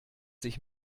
sich